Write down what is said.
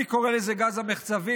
אני קורא לזה גז המחצבים,